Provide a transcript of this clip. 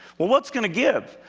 well what's going to give?